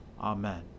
Amen